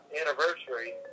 anniversary